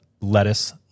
lettuce